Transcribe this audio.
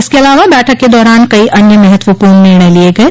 इसके अलावा बैठक के दौरान कई अन्य महत्वपूर्ण निर्णय लिये गये